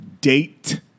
Date